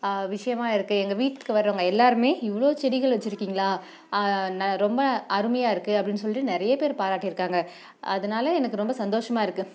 விஷயமா இருக்குது எங்கள் வீட்டுக்கு வரவங்க எல்லாேருமே இவ்வளோ செடிகள் வச்சுருக்கிங்களா ந ரொம்ப அருமையாக இருக்குது அப்படின்னு சொல்லிட்டு நிறைய பேர் பாராட்டியிருக்காங்க அதனால எனக்கு ரொம்ப சந்தோஷமாக இருக்குது